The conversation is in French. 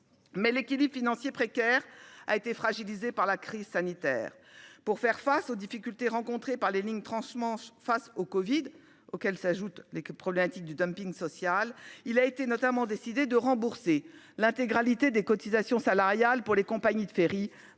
Mais l'équilibre financier précaire a été fragilisé par la crise sanitaire. Pour faire face aux difficultés rencontrées par les lignes transmanche lors de la crise du covid-19, auxquelles s'ajoutent les problématiques du dumping social, il a notamment été décidé de rembourser l'intégralité des cotisations salariales aux compagnies de ferries